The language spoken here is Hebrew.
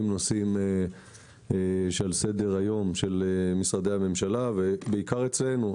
נושאים שעל סדר-היום של משרדי הממשלה ובעיקר אצלנו.